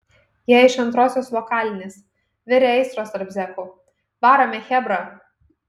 jie iš antrosios lokalinės virė aistros tarp zekų varome chebra